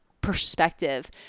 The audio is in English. perspective